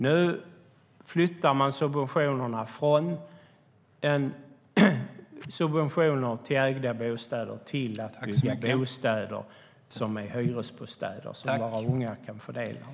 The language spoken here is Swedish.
Nu flyttar man subventionerna från ägda bostäder till byggande av hyresbostäder som våra unga kan få del av.